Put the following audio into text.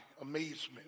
amazement